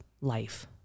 life